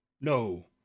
No